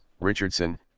Richardson